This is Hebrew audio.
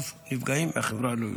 אף נפגעים מהחברה הלא-יהודית.